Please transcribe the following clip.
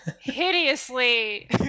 hideously